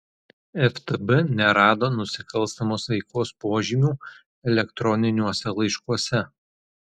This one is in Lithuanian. ftb nerado nusikalstamos veikos požymių elektroniniuose laiškuose